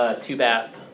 two-bath